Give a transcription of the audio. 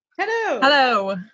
Hello